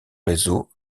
réseau